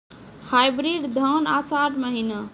Hybrid धान आषाढ़ महीना?